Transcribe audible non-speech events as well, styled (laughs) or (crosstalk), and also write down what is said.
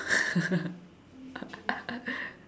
(laughs)